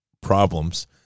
problems